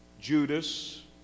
Judas